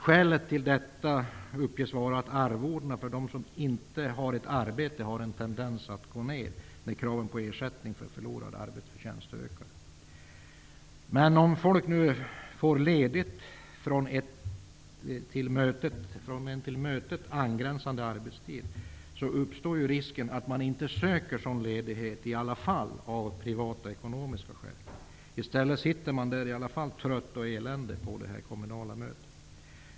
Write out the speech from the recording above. Skälet till detta uppges vara att arvodena för dem som inte har ett arbete har en tendens att gå ner när kraven på ersättning för förlorad arbetsförtjänst ökar. Men om människor får ledigt på till mötet angränsande arbetstid uppstår risken att man i alla fall inte ansöker om sådan ledighet av privatekonomiska skäl. I stället sitter man trött och eländig på det kommunala mötet.